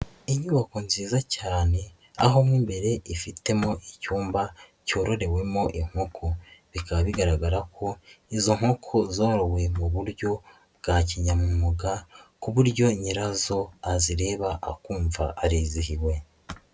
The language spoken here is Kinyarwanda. Inyubako nziza cyane aho mo imbere ifitemo icyumba cyororewemo inkoko, bikaba bigaragara ko izo nkoko zarowe mu buryo bwa kinyamwuga ku buryo nyirazo azireba akumva arizihiwe.